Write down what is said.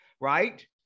right